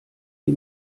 die